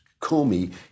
Comey